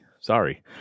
Sorry